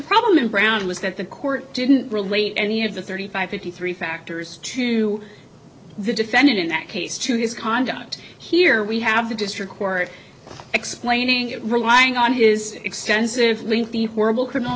problem in brown was that the court didn't relate any of the thirty five fifty three factors to the defendant in that case to his conduct here we have the district court explaining it relying on is extensive lengthy horrible criminal